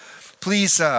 please